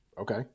Okay